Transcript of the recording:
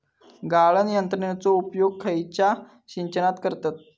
गाळण यंत्रनेचो उपयोग खयच्या सिंचनात करतत?